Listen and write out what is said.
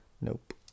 Nope